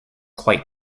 quite